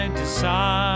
decide